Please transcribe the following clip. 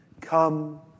Come